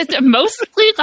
mostly